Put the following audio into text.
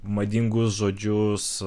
madingus žodžius